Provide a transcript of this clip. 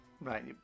right